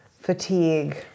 fatigue